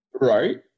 right